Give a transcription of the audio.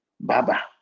Baba